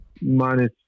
minus